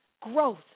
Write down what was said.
growth